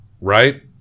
right